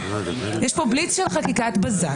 יש פה בליץ של חקיקת בזק,